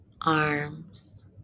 arms